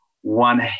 one